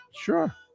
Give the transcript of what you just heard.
sure